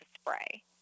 spray